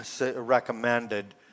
recommended